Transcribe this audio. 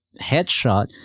headshot